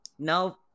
no